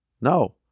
No